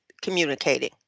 communicating